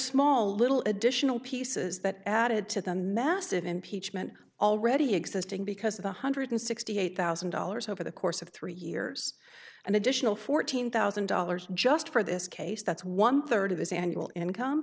small little additional pieces that added to the massive impeachment already existing because one hundred sixty eight thousand dollars over the course of three years an additional fourteen thousand dollars just for this case that's one third of his annual income